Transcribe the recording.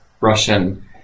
Russian